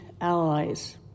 allies